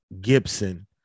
Gibson